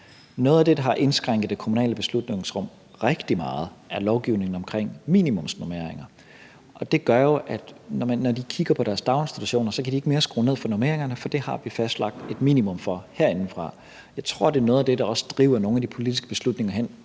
Noget af det, der har indskrænket det kommunale beslutningsrum rigtig meget, er lovgivningen omkring minimumsnormeringer, og det gør jo, at når de kigger på deres daginstitutioner, kan de ikke længere skrue ned for normeringerne, for det har vi fastlagt et minimum for herindefra. Jeg tror, at det er noget af det, der også driver de politiske beslutninger hen